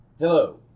Hello